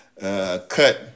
cut